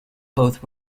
both